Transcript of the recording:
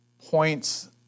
points